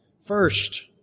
First